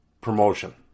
promotion